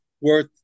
worth